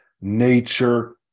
Nature